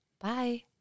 Bye